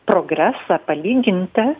progresą palyginti